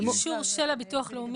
זה לא אישור של הביטוח הלאומי.